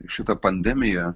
šita pandemija